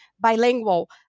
bilingual